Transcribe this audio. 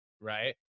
right